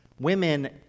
women